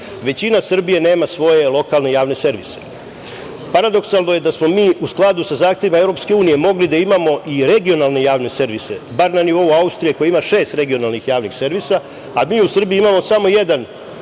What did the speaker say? većina Srbije nema svoje lokalne javne servise. Paradoksalno je da smo mi u skladu sa zahtevima Evropske unije mogli da imamo i regionalne javne servise, bar na nivou Austrije koja ima šeste regionalnih javnih servisa, a mi u Srbiji imamo samo jedan